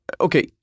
okay